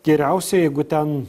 geriausia jeigu ten